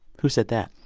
who said that?